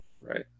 Right